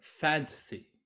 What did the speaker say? fantasy